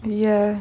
ya